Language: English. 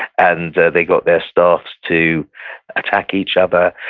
and they got their staffs to attack each other,